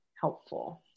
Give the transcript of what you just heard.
helpful